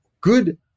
good